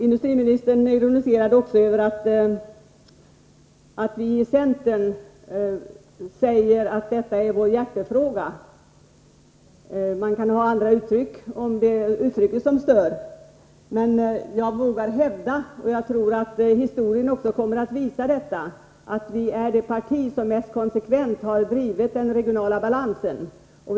Industriministern ironiserade över att vi i centern talar om regionalpolitiken som vår hjärtefråga. Man kan använda andra uttryck —- om det är uttrycket som stör — men jag vågar hävda att centern är det parti som mest konsekvent har drivit frågan om den regionala balansen, vilket jag tror att historien också kommer att visa.